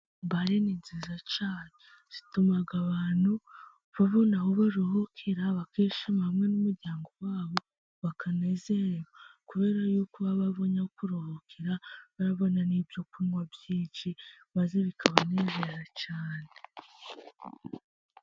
Bare ni nziza cyane , zituma abantu babona aho baruhukira , bakishima hamwe n'umuryango wabo , bakanezererwa , kubera yuko baba babonye aho kuruhukira , barabona n'ibyo kunywa byinshi , maze bikabanezeza cyane.